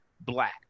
Black